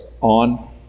on